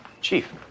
Chief